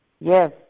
Yes